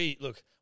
Look